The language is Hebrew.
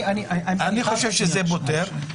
אני חושב שזה פותר.